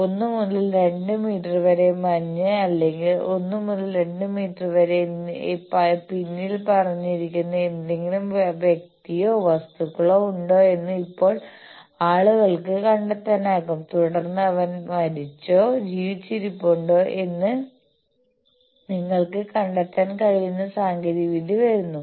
1 മുതൽ 2 മീറ്റർ വരെ മഞ്ഞ് അല്ലെങ്കിൽ 1 മുതൽ 2 മീറ്റർ വരെ പിന്നിൽ മറഞ്ഞിരിക്കുന്ന ഏതെങ്കിലും വ്യക്തിയോ വസ്തുക്കളോ ഉണ്ടോ എന്ന് ഇപ്പോൾ ആളുകൾക്ക് കണ്ടെത്താനാകും തുടർന്ന് അവൻ മരിച്ചോ ജീവിച്ചിരിപ്പുണ്ടോ എന്ന് നിങ്ങൾക്ക് കണ്ടെത്താൻ കഴിയുന്ന സാങ്കേതികവിദ്യ വരുന്നു